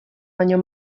baino